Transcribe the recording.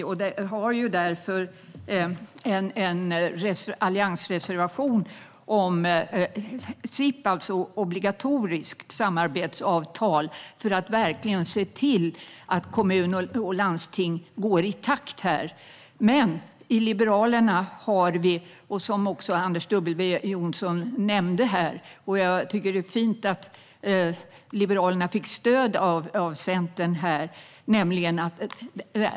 Vi har därför lagt en alliansgemensam reservation om obligatoriskt samarbetsavtal för att man ska se till att kommuner och landsting går i takt här. Enligt Liberalerna är att vara beroende lika med att ha en sjukdom. Anders W Jonsson nämnde också det här - det är fint att Liberalerna får stöd av Centern.